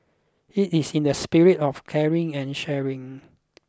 it is in the spirit of caring and sharing